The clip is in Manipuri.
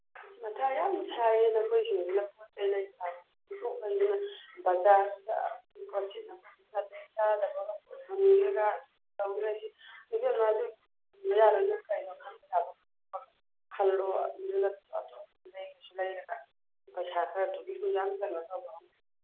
ꯃꯊꯥ ꯌꯥꯝ ꯁꯥꯏꯌꯦ ꯅꯈꯣꯏꯁꯤꯡꯁꯤꯅ ꯄꯣꯠ ꯆꯩ ꯕꯖꯥꯔꯁꯤꯗ ꯄꯣꯠꯁꯤꯠꯅ ꯄꯣꯠꯁꯤꯠ ꯅꯥꯇꯩ ꯆꯥꯗꯕꯒ ꯍꯟꯕꯒ ꯏꯕꯦꯝꯃ ꯀꯩꯅꯣ ꯈꯪꯗ꯭ꯔꯕꯣ ꯈꯜꯂꯨ ꯑꯗꯨꯅ ꯂꯩꯁꯨ ꯂꯩꯔꯁꯨ ꯄꯩꯁꯥ ꯈꯔꯗꯨꯒꯤ ꯗꯨꯛꯌꯥꯝ ꯀꯩꯅꯣ ꯇꯧꯕ ꯍꯧꯅꯗꯦ